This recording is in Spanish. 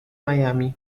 miami